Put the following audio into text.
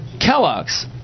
Kellogg's